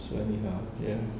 so anyhow ya